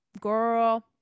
girl